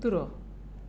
कुत्रो